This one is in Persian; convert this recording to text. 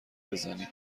بزنی